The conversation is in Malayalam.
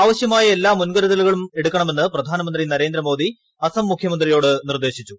ആവശ്യമായ എല്ലാ മുൻകരുതലും എടുക്കണമെന്ന് പ്രധാനമന്ത്രി നരേന്ദ്ര മോദി അസം മുഖ്യമന്ത്രിയോട് നിർദ്ദേശിച്ചു